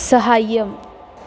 सहाय्यम्